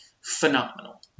phenomenal